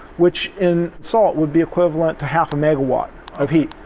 which, in salt, would be equivalent to half a megawatt of heat.